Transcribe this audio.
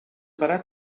parar